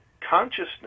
consciousness